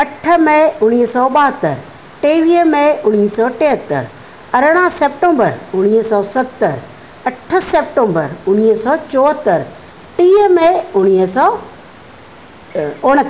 अठ मइ उणिवीह सौ ॿाहतरि टेवीह मइ उणिवीह सौ टेहतरि अरिड़हं सेप्टंबर उणिवीह सौ सतर अठ सेप्टेंबर उणिवीह सौ चोहतरि टीह मइ उणिवीह सौ उणहतरि